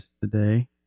today